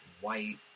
white